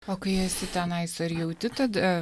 o kai esi tenais ar jauti tada